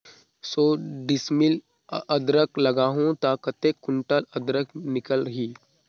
सौ डिसमिल अदरक लगाहूं ता कतेक कुंटल अदरक निकल ही?